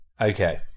Okay